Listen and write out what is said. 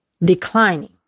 Declining